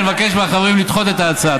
אני מבקש מהחברים לדחות את ההצעה.